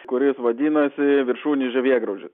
kuris vadinasi viršūninis žievėgraužis